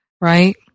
right